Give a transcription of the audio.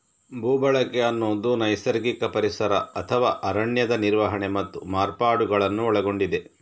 ಭೂ ಬಳಕೆ ಅನ್ನುದು ನೈಸರ್ಗಿಕ ಪರಿಸರ ಅಥವಾ ಅರಣ್ಯದ ನಿರ್ವಹಣೆ ಮತ್ತು ಮಾರ್ಪಾಡುಗಳನ್ನ ಒಳಗೊಂಡಿದೆ